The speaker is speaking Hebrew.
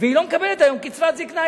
והיא לא מקבלת היום קצבת זיקנה.